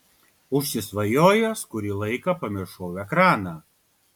užsisvajojęs kurį laiką pamiršau ekraną